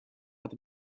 are